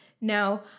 Now